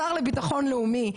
השר לביטחון לאומי,